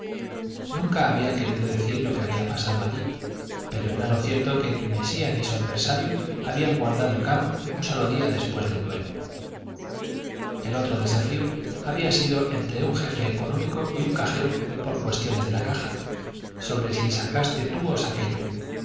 nunca había querido decir lo que había pasado allí pero era lo cierto que ni mesía ni su adversario habían guardado cama un solo día después del duelo el otro desafío había sido entre un jefe económico y un cajero por cuestiones de la caja sobre si sacaste tú o